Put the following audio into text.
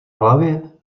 hlavě